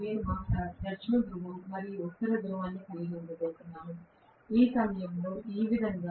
నేను బహుశా దక్షిణ ధ్రువం మరియు ఉత్తర ధ్రువం కలిగి ఉండబోతున్నాను ఈ సమయంలో ఈ విధంగా